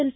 L